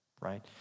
right